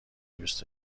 دوس